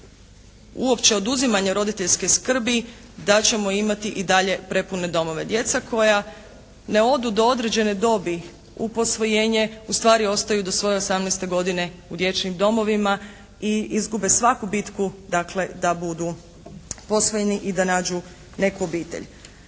uopće oduzimanja roditeljske skrbi da ćemo i dalje imati prepune domove. Djeca koja ne odu do određene dobi u posvojenje ustvari ostaju do svoje 18. godine u dječjim domovima i izgube svaku bitku dakle da budu posvojeni i da nađu neku obitelj.